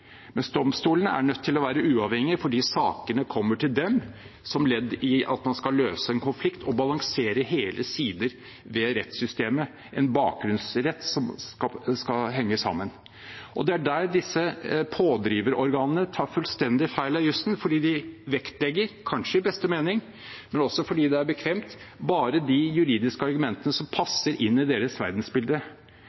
domstolene er nødt til å være uavhengige fordi sakene kommer til dem som ledd i at man skal løse en konflikt og balansere hele sider ved rettssystemet – en bakgrunnsrett som skal henge sammen. Det er der disse pådriverorganene tar fullstendig feil av jussen, fordi de vektlegger – kanskje i beste mening, men også fordi det er bekvemt – bare de juridiske argumentene som